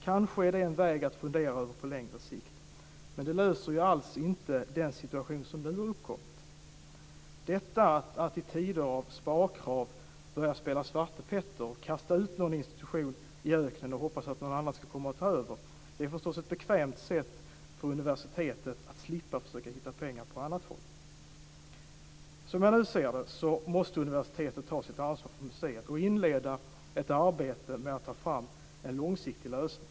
Kanske är det en väg att gå på längre sikt, men det löser inte alls problemen i den situation som nu har uppkommit. Att i tider av sparkrav börja spela svarte Petter och kasta ut någon institution och hoppas att någon annan ska komma och ta över är förstås ett bekvämt sätt för universitetet att slippa försöka hitta pengar på annat håll. Som jag ser det, måste universitetet nu ta sitt ansvar för museet och inleda ett arbete med att ta fram en långsiktig lösning.